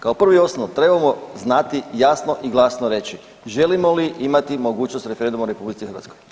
Kao prvi osnov trebamo znati jasno i glasno reći želimo li imati mogućnost referenduma u RH.